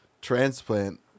transplant